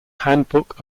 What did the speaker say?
handbook